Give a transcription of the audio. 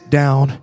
down